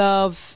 Love